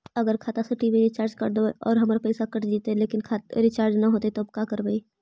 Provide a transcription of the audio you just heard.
अगर खाता से टी.वी रिचार्ज कर देबै और हमर पैसा कट जितै लेकिन रिचार्ज न होतै तब का करबइ?